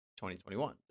2021